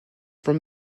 from